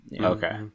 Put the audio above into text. Okay